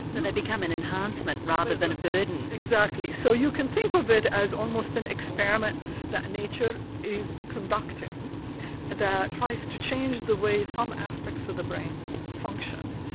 they become an enhancement rather than a burden? exactly, so you can think of it as almost an experiment that nature is conducting that tries to change the way some aspects of the brain function.